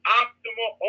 optimal